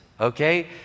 Okay